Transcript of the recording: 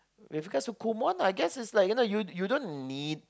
when it comes to Kumon I guess is like you don't need